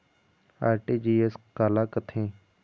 RTGS काला कथें?